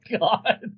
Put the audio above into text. God